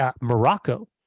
Morocco